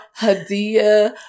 Hadia